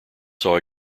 saw